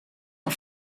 van